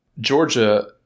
Georgia